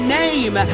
name